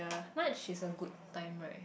March is a good time right